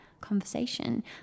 conversation